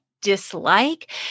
dislike